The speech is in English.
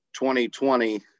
2020